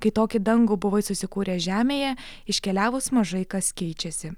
kai tokį dangų buvai susikūręs žemėje iškeliavus mažai kas keičiasi